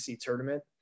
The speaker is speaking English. tournament